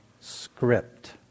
script